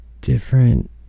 different